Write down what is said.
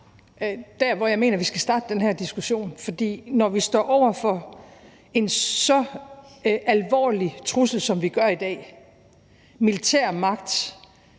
der, hvor jeg mener at vi skal starte den her diskussion. For når vi står over for en så alvorlig trussel, som vi gør i dag, med en militær magt,